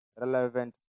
relevant